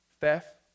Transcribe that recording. theft